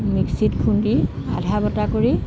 মিক্সিত খুন্দি আধা বটা কৰি